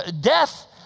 death